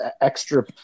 extra